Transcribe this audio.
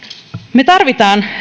me tarvitsemme